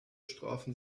strafen